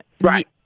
Right